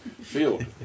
field